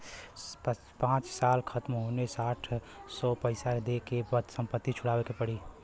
पाँच साल खतम होते साठ तो पइसा दे के संपत्ति छुड़ावे के पड़ी